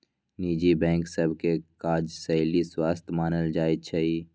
निजी बैंक सभ के काजशैली स्वस्थ मानल जाइ छइ